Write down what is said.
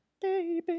baby